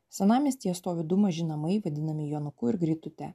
senamiestyje stovi du maži namai vadinami jonuku ir grytute